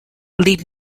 lead